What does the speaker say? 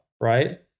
right